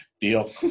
Deal